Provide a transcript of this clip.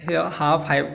हेय हा फायव्